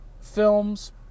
films